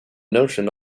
notion